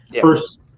first